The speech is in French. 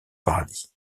paradis